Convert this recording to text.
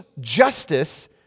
justice